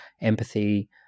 empathy